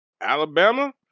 Alabama